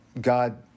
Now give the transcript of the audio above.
God